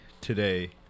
today